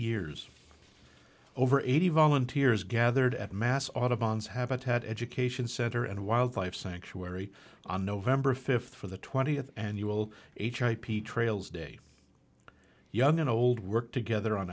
years over eighty volunteers gathered at mass autobahns habitat education center and wildlife sanctuary on november fifth for the twentieth annual h i p trails day young and old work together on